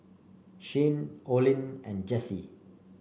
Shayne Olin and Jessi